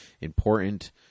important